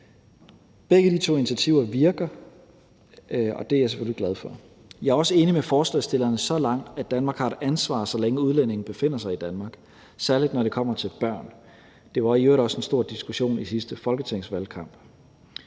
Begge de to initiativer virker, og det er jeg selvfølgelig glad for. Jeg er også enig med forslagsstillerne så langt, at Danmark har et ansvar, så længe udlændingene befinder sig i Danmark, særlig når det kommer til børn. Det var i øvrigt også en stor diskussion i sidste folketingsvalgkamp.